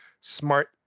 smart